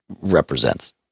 represents